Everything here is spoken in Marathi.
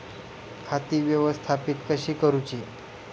खाती व्यवस्थापित कशी करूची?